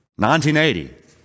1980